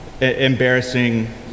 embarrassing